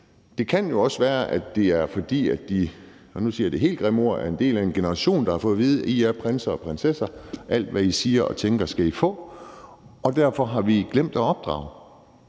de – og nu siger jeg de helt grimme ord – er en del af en generation, der har fået at vide: I er prinser og prinsesser; alt, hvad I siger og tænker, skal I få. Derfor har vi glemt at opdrage.